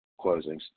closings